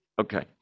Okay